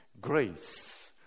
Grace